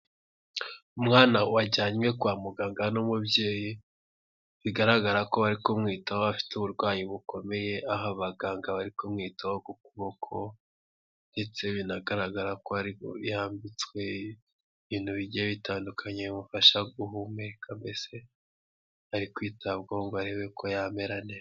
Umwana wajyanywe kwa muganga n'umubyeyi bigaragara ko ari kumwitaho afite uburwayi bukomeye aho abaganga bari kumwitaho ku kuboko ndetse binagaragara ko yambitswe ibintu bigiye bitandukanye bimufasha guhumeka mbese ari kwitabwaho ngo barebe ko yamera neza.